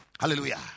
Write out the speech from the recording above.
hallelujah